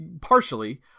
Partially